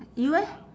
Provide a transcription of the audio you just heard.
you eh